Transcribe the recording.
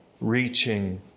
reaching